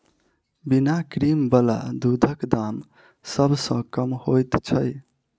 बिना क्रीम बला दूधक दाम सभ सॅ कम होइत छै